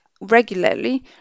regularly